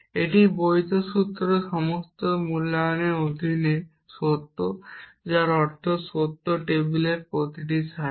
একটি বৈধ সূত্র সমস্ত মূল্যায়নের অধীনে সত্য যার অর্থ সত্য টেবিলের প্রতিটি সারি